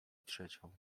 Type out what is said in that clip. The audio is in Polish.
trzecią